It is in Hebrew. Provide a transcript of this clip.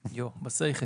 הוא גם בחברה וגם בקהילה.